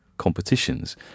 competitions